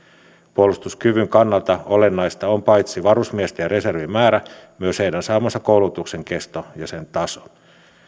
puolustuskyvyn kannalta olennaista on paitsi varusmiesten ja reservin määrä myös heidän saamansa koulutuksen kesto ja sen taso